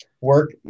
Work –